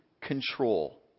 control